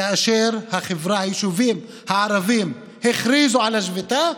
כאשר היישובים הערביים הכריזו על השביתה,